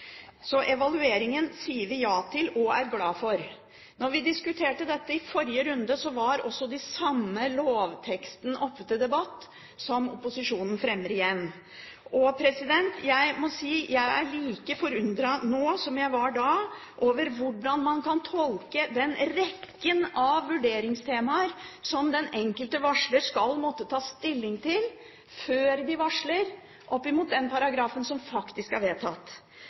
Så evalueringen sier vi ja til og er glad for. Da vi diskuterte dette i forrige runde, var også den samme lovteksten oppe til debatt som opposisjonen fremmer igjen. Jeg må si jeg er like forundret nå som jeg var da, over hvordan man kan tolke den rekken av vurderingstemaer som den enkelte varsler skal måtte ta stilling til før de varsler, opp mot den paragrafen som faktisk er vedtatt.